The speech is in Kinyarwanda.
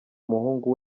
umuhungu